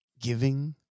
Giving